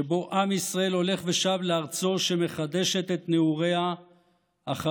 שבו עם ישראל הולך ושב לארצו שמחדשת נעוריה אחרי